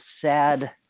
sad